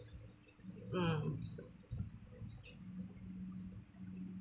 mm